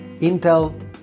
Intel